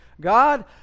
God